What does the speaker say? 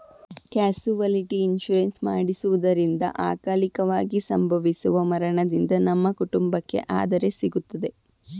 casualty insurance ಮಾಡಿಸುವುದರಿಂದ ಅಕಾಲಿಕವಾಗಿ ಸಂಭವಿಸುವ ಮರಣದಿಂದ ನಮ್ಮ ಕುಟುಂಬಕ್ಕೆ ಆದರೆ ಸಿಗುತ್ತದೆ